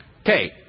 Okay